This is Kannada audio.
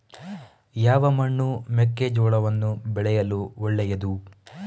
ಯಾವ ಮಣ್ಣು ಮೆಕ್ಕೆಜೋಳವನ್ನು ಬೆಳೆಯಲು ಒಳ್ಳೆಯದು?